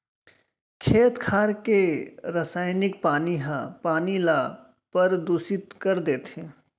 खेत खार के रसइनिक पानी ह पानी ल परदूसित कर देथे